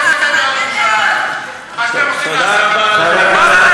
תודה רבה,